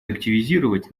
активизировать